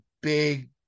big